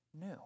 new